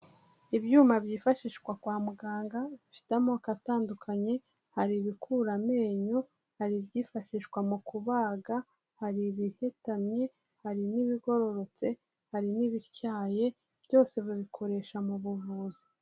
Ibyuma byifashishwa kwa muganga, bifite amoko atandukanye, hari ibikura amenyo, hari ibyifashishwa mu kubaga, hari ibihetamye, hari n'ibigororotse, hari n'ibityaye, byose babikoresha mu buvuzi.